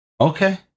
okay